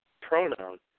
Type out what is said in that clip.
pronoun